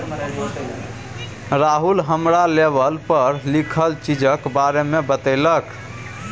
राहुल हमरा लेवल पर लिखल चीजक बारे मे बतेलक